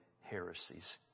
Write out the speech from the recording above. heresies